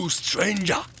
stranger